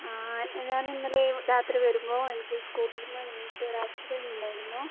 ആ ഞാൻ ഇന്നലെ രാത്രി വരുമ്പോൾ എനിക്ക് സ്കൂട്ടറിന്ന് വിണിട്ട് ഒരു ആക്സിഡൻറ്റ് ഉണ്ടായിരുന്നു